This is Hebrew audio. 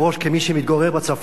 כמי שמתגורר בצפון,